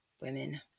women